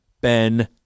Ben